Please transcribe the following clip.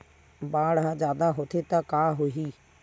बाढ़ ह जादा होथे त का होही?